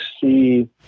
see